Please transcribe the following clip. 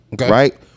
right